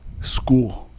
school